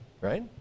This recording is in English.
right